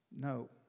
No